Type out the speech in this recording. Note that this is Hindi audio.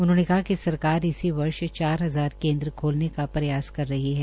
उन्होंने कहा कि सरकार इसी वर्ष चार हजार केन्द्र खोलने का प्रयास कर रही है